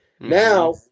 Now